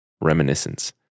Reminiscence